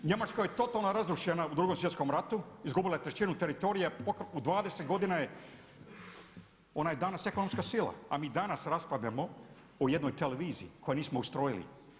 Njemačka je totalno razrušena u 2. svjetskom ratu, izgubila je trećinu teritorija, u 20 godina je, ona je danas ekonomska sila, a mi danas raspravljamo o jednoj televiziji koju nismo ustrojili.